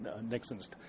Nixon's